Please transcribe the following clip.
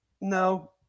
No